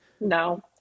No